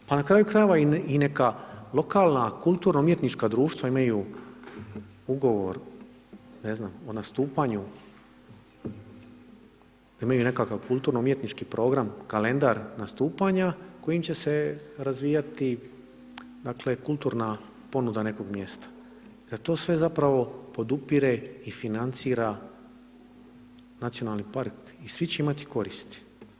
Pa na kraju krajeva, i neka lokalna kulturno-umjetnička društva imaju ugovor ne znam o nastupanju, imaju nekakav kulturno-umjetnički program, kalendar nastupanja kojim će se razvijati kulturna ponuda nekog mjesta jer to sve zapravo podupire i financira nacionalni park i svi će imati koristi.